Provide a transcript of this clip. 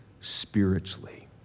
spiritually